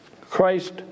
Christ